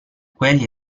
quelli